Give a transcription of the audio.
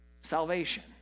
salvation